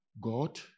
God